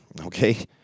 Okay